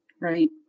Right